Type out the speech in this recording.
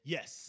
Yes